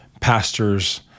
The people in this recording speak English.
pastors